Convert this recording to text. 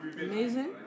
amazing